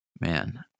man